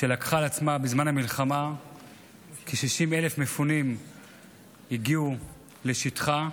שלקחה על עצמה בזמן המלחמה כ-60,000 מפונים שהגיעו לשטחה.